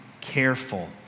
careful